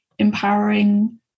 Empowering